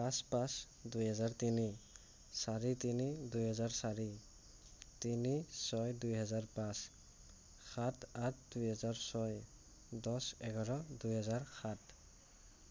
পাঁচ পাঁচ দুহেজাৰ তিনি চাৰি তিনি দুহেজাৰ চাৰি তিনি ছয় দুহেজাৰ পাঁচ সাত আঠ দুহেজাৰ ছয় দহ এঘাৰ দুহেজাৰ সাত